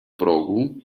progu